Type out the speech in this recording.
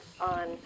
on